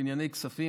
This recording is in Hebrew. לענייני כספים,